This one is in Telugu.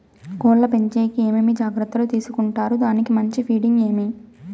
కోళ్ల పెంచేకి ఏమేమి జాగ్రత్తలు తీసుకొంటారు? దానికి మంచి ఫీడింగ్ ఏమి?